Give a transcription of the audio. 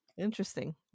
interesting